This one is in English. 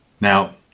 Now